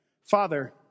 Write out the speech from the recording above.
Father